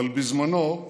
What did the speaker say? אבל בזמנו,